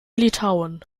litauen